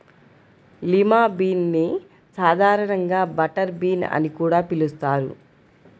lima bean ని సాధారణంగా butter bean అని కూడా పిలుస్తారు